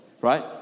Right